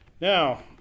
Now